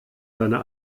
seiner